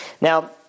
Now